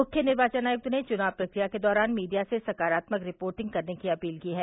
मुख्य निर्वाचन आयुक्त ने चुनाव प्रक्रिया के दौरान मीडिया से सकारात्मक रिपोर्टिंग करने की अपील की है